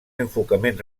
enfocament